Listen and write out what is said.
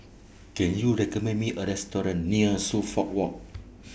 Can YOU recommend Me A Restaurant near Suffolk Walk